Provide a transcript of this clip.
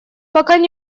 пока